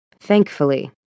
thankfully